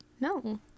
No